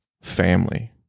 family